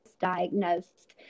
diagnosed